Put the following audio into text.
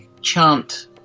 chant